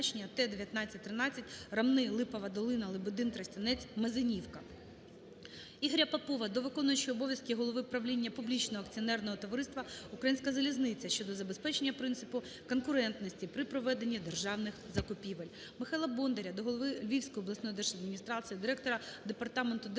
Ігоря Попова до виконуючого обов'язки голови правління публічного акціонерного товариства "Українська залізниця" щодо забезпечення принципуконкурентності при проведенні державних закупівель. Михайла Бондаря до голови Львівської обласної держадміністрації, директора Департаменту державної